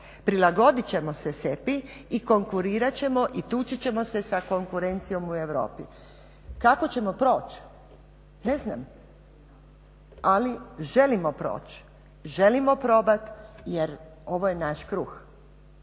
prilagodit ćemo se SEPA-i i konkurirat ćemo i tući ćemo sa konkurencijom u Europi. Kako ćemo proći? Ne znam, ali želimo proći, želimo probati jer ovo je naš kruh.